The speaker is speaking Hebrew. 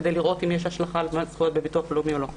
כדי לראות אם יש השלכה על --- זכויות בביטוח לאומי או לא.